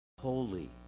holy